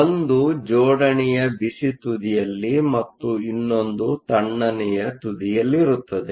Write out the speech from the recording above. ಒಂದು ಜೋಡಣೆಯು ಬಿಸಿ ತುದಿಯಲ್ಲಿ ಮತ್ತು ಇನ್ನೊಂದು ತಣ್ಣನೆಯ ತುದಿಯಲ್ಲಿರುತ್ತದೆ